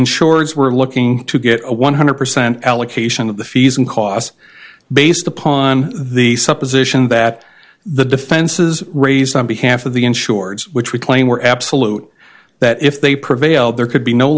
insurers were looking to get a one hundred percent allocation of the fees and costs based upon the supposition that the defenses raised on behalf of the insureds which we claim were absolute that if they prevailed there could be no